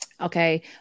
Okay